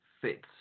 fits